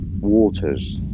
waters